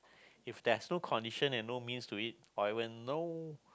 if there's no condition and no means to it or even no